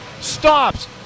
stops